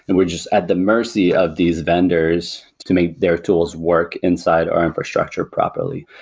and we're just at the mercy of these vendors to make their tools work inside our infrastructure properly.